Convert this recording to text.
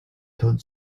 told